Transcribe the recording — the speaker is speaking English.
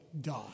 die